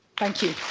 thank you.